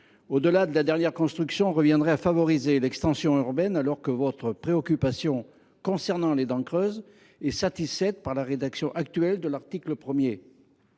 au delà de la dernière construction reviendrait à favoriser l’extension urbaine, alors que votre préoccupation concernant les dents creuses est satisfaite par la rédaction actuelle de l’article 1.